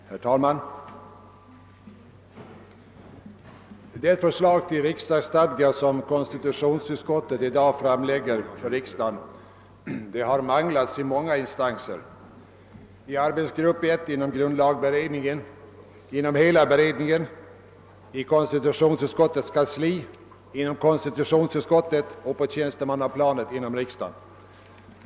Herr talman! Det förslag till riksdagsstadga som konstitutionsutskottet i dag framlägger för riksdagen har manglats i många instanser: i arbetsgrupp 1 inom grundlagberedningen, inom hela beredningen, i konstitutionsutskottets kansli, inom :konstitutionsutskottet och på tjänstemannaplanet inom riksdagen.